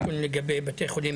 ביטון ושטרית,